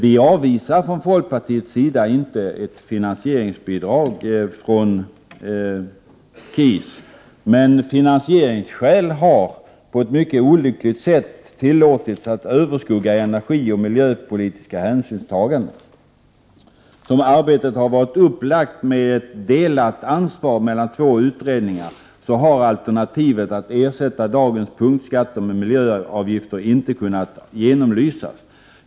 Vi avvisar från folkpartiets sida inte ett finansieringsbidrag, men finansieringsskäl har på ett mycket olyckligt sätt tillåtits överskugga energioch miljöpolitiska hänsynstaganden. Såsom arbetet varit upplagt med delat ansvar mellan två utredningar har alternativet att ersätta dagens punktskatter med miljöavgifter inte kunnat genomlysas.